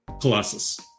Colossus